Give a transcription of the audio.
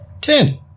Ten